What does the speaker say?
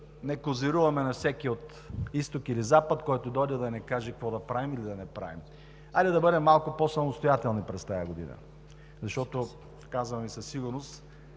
не козируваме на всеки от изток или запад, който дойде да ни каже какво да правим или да не правим. Хайде да бъдем малко по-самостоятелни през тази година, защото, казвам Ви със сигурност,